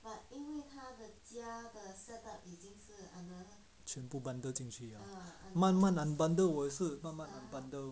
全部 bundle 进去慢慢 unbundle 我也是慢慢 unbundle